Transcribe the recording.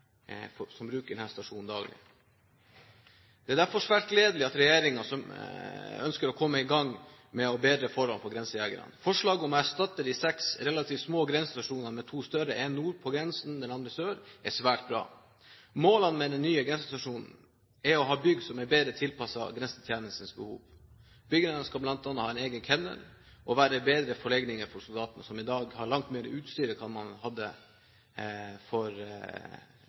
som bruker denne stasjonen daglig. Det er derfor svært gledelig at regjeringen ønsker å komme i gang med å bedre forholdene for grensejegerne. Forslaget om å erstatte de seks relativt små grensestasjonene med to større, en nord på grensen, den andre sør, er svært bra. Målene med de nye grensestasjonene er å ha bygg som er bedre tilpasset grensetjenestens behov. Byggene skal bl.a. ha egen kennel og være bedre forlegninger for soldatene, som i dag har langt mer utstyr enn hva man hadde for